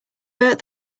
bert